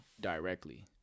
directly